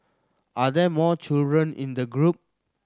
are there more children in the group